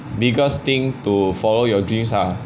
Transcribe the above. biggest thing to follow your dreams ah